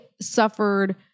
suffered